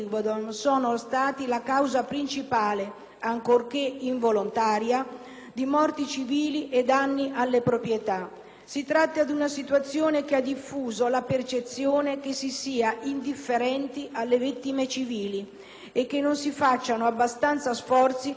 di morti civili e danni alle proprietà. Si tratta di una situazione che ha diffuso la percezione che si sia indifferenti alle vittime civili e che non si facciano abbastanza sforzi per proteggere i cittadini e le loro proprietà durante le incursioni.